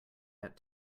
out